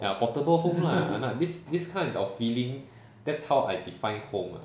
ya portable home lah !hanna! so this kind of feeling that's how I define home ah